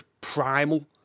Primal